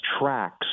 tracks